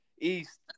East